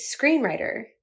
screenwriter